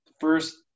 first